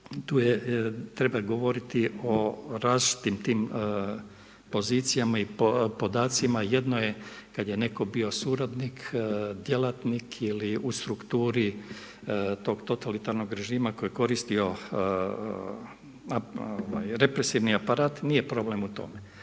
i tu treba govoriti o različitim pozicijama i podacima. Jedno je kada je netko bio suradnik, djelatnik ili u strukturi tog totalitarnog režima koji je koristio represivni aparat nije problem u tome,